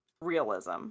realism